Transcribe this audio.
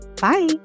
Bye